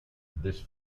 this